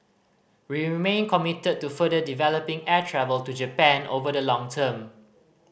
we remain committed to further developing air travel to Japan over the long term